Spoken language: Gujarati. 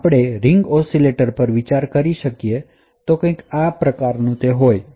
આપણે રીંગ ઑસિલેટર પર વિચાર કરી શકીએ જે આવું કૈંક હોય છે